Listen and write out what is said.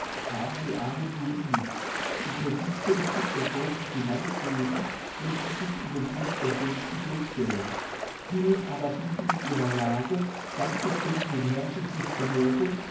haben die armen juden nicht die creditpolitik der grossen finanzjuden müsste sich in den dienst der volksidee stellen finden aber diese mit ihrer lage ganz zufriedenen herren sich nicht bewogen